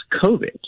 COVID